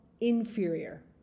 inferior